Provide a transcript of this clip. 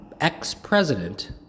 ex-president